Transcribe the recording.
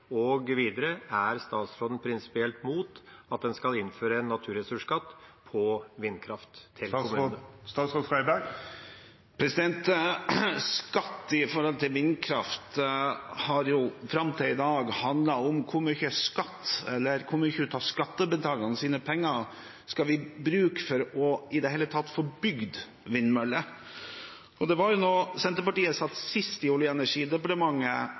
Og videre: Er statsråden prinsipielt imot at en skal innføre en naturressursskatt på vindkraft? Skatt på vindkraft har jo fram til i dag handlet om hvor mye skatt – eller hvor mye av skattebetalernes penger – vi skal bruke for i det hele tatt å få bygd vindmøller. Det var da Senterpartiet sist satt i Olje- og energidepartementet,